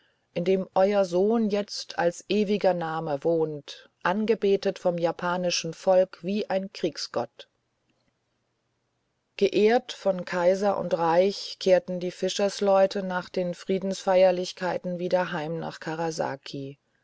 in dem euer sohn jetzt als ewiger name wohnt angebetet vom japanischen volk wie ein kriegsgott geehrt von kaiser und reich kehrten die fischersleute nach den friedensfeierlichkeiten wieder heim nach karasaki